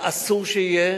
זה אסור שיהיה,